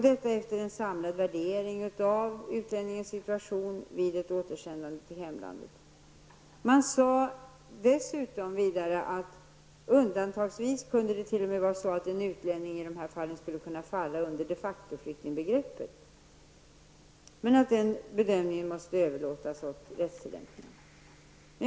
Det sker en samlad bedömning av den situation som den asylsökande skulle få efter ett återsändande till hemlandet. Dessutom sades det i propositionen att en flykting i detta fall undantagsvis skulle kunna falla under de factoflyktingbegreppet men att en sådan bedömning måste överlåtas åt rättstillämpningen.